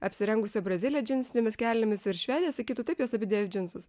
apsirengusią brazilę džinsinėmis kelnėmis ir švedę sakytų taip jos abi dėvi džinsus